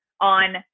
on